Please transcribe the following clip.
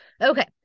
Okay